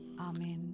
Amen